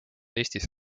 eestis